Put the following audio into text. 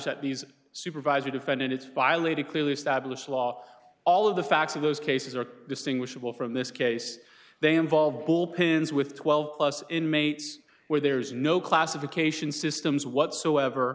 that these supervisor defended its violated clearly established law all of the facts of those cases are distinguishable from this case they involve full pins with twelve plus inmates where there's no classification systems whatsoever